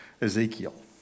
Ezekiel